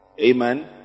Amen